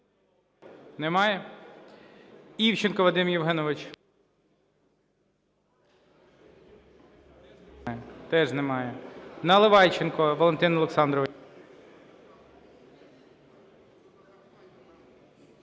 Немає? Івченко Вадим Євгенович. Теж немає. Наливайченко Валентин Олександрович.